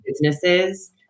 businesses